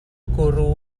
gwrw